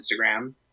Instagram